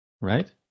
right